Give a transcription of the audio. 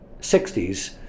60s